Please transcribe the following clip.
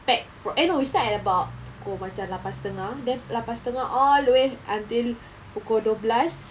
pack for eh no we start at about oh macam lapan setengah then lapan setengah all the way until pukul dua belas